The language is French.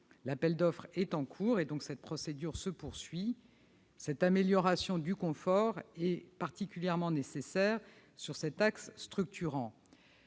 L'appel d'offres est en cours et la procédure se poursuit. Cette amélioration du confort des voyageurs est particulièrement nécessaire sur cet axe structurant